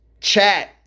chat